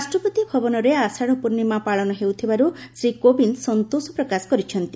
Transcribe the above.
ରାଷ୍ଟ୍ରପତି ଭବନରେ ଆଷାଢ଼ ପୂର୍ଣ୍ଣିମା ପାଳନ ହେଉଥିବାରୁ ଶ୍ରୀ କୋବିନ୍ଦ ସନ୍ତୋଷ ପ୍ରକାଶ କରିଛନ୍ତି